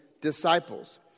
disciples